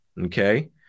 okay